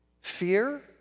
fear